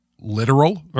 literal